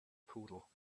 poodle